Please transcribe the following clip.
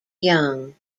young